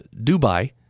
Dubai